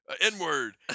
N-word